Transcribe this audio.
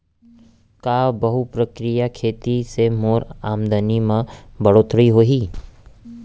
का बहुप्रकारिय खेती से मोर आमदनी म बढ़होत्तरी होही?